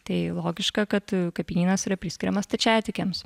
tai logiška kad kapinynas yra priskiriamas stačiatikiams